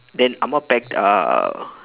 then amma packed uh